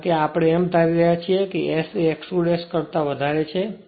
કારણ કે આપણે એમ ધારી રહ્યા છીએ કે S એ x 2 કરતા વધારે છે